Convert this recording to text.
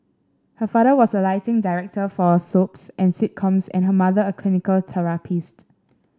her father was a lighting director for soaps and sitcoms and her mother a clinical therapist